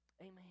amen